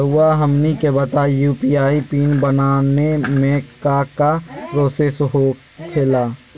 रहुआ हमनी के बताएं यू.पी.आई पिन बनाने में काका प्रोसेस हो खेला?